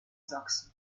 sachsen